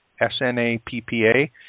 S-N-A-P-P-A